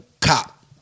cop